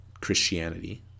Christianity